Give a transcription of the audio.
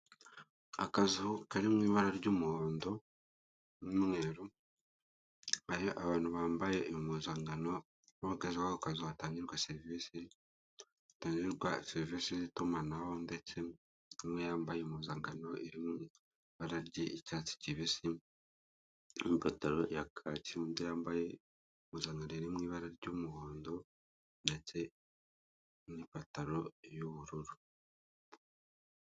Akazu kari mu ibara ry'umuhondo n'umweru hari abantu bambaye impuzankano bahagaze kuri ako hatangirwa serivisi zitangirwa serivisi z'itumanaho ndetse umwe yambaye impuzankano irimw'ibara ry'icyatsi kibisi n'ipataro ya kacyi undi yambaye impuzankano irimw'ibara ry'umuhondo ndetse n'ipantaro y'ubururu.